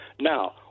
Now